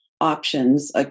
options